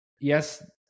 yes